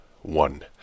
one